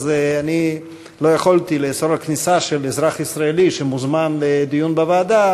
אני לא יכולתי לאסור כניסה של אזרח ישראל שמוזמן לדיון בוועדה,